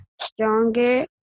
stronger